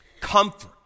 Comfort